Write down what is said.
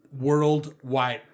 worldwide